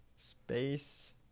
Space